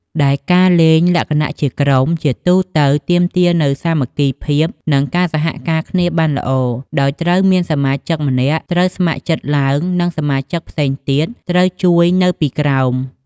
ដែលការលេងលក្ខណៈជាក្រុម ជាទូទៅទាមទារនូវ សាមគ្គីភាព និង ការសហការគ្នាបានល្អ ដោយត្រូវមានសមាជិកម្នាក់ត្រូវស្ម័គ្រចិត្តឡើងនិងសមាជិកផ្សេងទៀតត្រូវជួយនៅពីក្រោម។